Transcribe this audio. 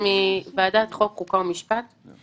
אם זה עניין חוקתי ככה להעביר את זה.